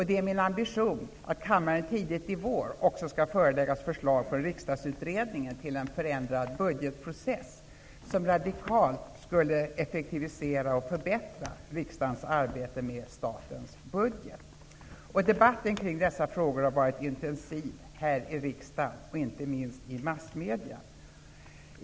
Det är min ambition att kammaren tidigt i vår också skall föreläggas förslag från Riksdagsutredningen till en förändrad budgetprocess, som radikalt skulle effektivisera och förbättra riksdagens arbete med statens budget. Debatten kring dessa frågor har varit intensiv här i riksdagen och inte minst i massmedierna.